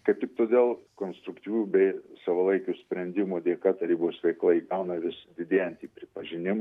kaip tik todėl konstruktyvių bei savalaikių sprendimų dėka tarybos veikla įgauna vis didėjantį pripažinimą